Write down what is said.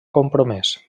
compromès